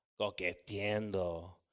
Coqueteando